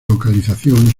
localización